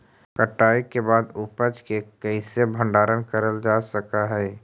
कटाई के बाद उपज के कईसे भंडारण करल जा सक हई?